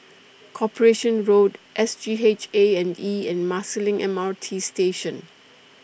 Corporation Road S G H A and E and Marsiling M R T Station